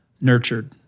nurtured